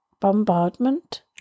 bombardment